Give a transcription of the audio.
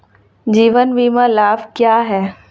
जीवन बीमा लाभ क्या हैं?